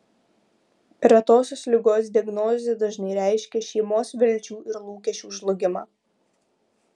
retosios ligos diagnozė dažnai reiškia šeimos vilčių ir lūkesčių žlugimą